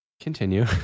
Continue